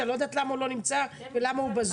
שאני לא יודעת למה הוא לא נמצא ולמה הוא בזום.